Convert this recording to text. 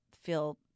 feel